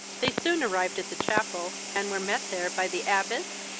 they soon arrived at the chapel, and were met there by the abbess,